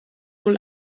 wohl